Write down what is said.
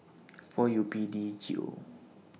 four U P D G O